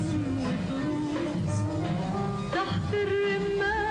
ועדת המשנה